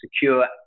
secure